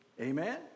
Amen